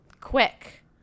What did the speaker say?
quick